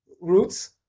Roots